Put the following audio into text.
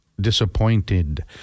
Disappointed